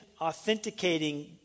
authenticating